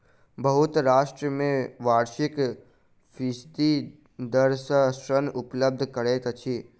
बहुत राष्ट्र में वार्षिक फीसदी दर सॅ ऋण उपलब्ध करैत अछि